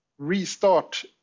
restart